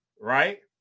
right